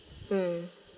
um